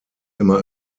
immer